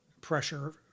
pressure